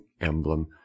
emblem